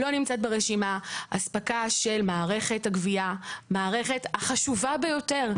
לא נמצאת ברשימה אספקה של מערכת הגבייה - המערכת החשובה ביותר,